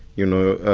you know,